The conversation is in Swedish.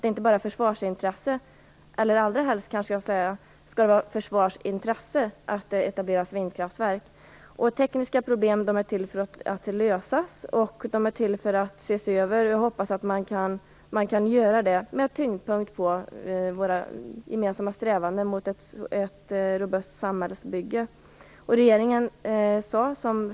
Det ligger faktiskt i försvarets intresse att det etableras vindkraftverk. Tekniska problem är till för att lösas och ses över. Jag hoppas att man kan göra det och lägga tyngdpunkten på vår gemensamma strävan att åstadkomma ett robust samhällsbygge.